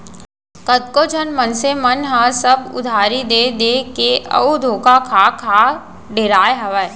कतको झन मनसे मन ह सब उधारी देय देय के अउ धोखा खा खा डेराय हावय